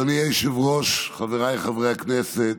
אדוני היושב-ראש, חבריי חברי הכנסת,